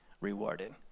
rewarded